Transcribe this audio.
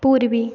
पूर्वी